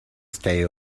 stay